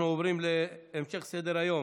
אנחנו עוברים להמשך סדר היום,